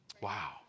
Wow